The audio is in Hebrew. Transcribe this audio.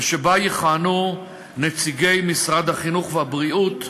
ושבה יכהנו נציגי משרד החינוך והבריאות,